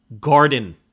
Garden